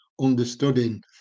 understanding